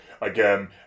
Again